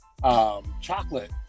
chocolate